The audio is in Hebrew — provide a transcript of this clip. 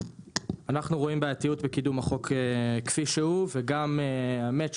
אנחנו רואים בעייתיות בקידום החוק כפי שהוא והאמת היא